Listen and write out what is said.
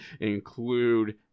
include